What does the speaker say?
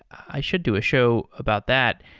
i should do a show about that.